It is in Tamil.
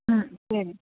ம் சரி